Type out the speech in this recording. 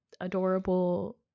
adorable